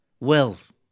wealth